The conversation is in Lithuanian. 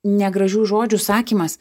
negražių žodžių sakymas